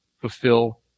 fulfill